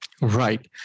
Right